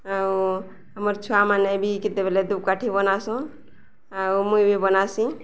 ଆଉ ଆମର୍ ଛୁଆମାନେ ବି କେତେବେଲେ ଧୂପକାଠି ବନାସୁଁ ଆଉ ମୁଇଁ ବି ବନାସିଁ